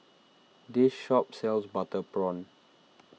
this shop sells Butter Prawn